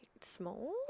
small